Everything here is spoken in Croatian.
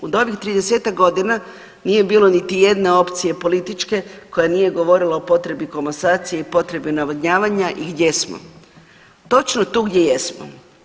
U ovih 30-tak godina nije bilo niti jedne opcije političke koja nije govorila o potrebi komasacije i potrebi navodnjavanja i gdje smo, točno tu gdje jesmo.